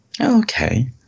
Okay